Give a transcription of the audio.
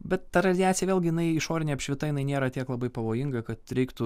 bet ta radiacija vėlgi jinai išorinė apšvita jinai nėra tiek labai pavojinga kad reiktų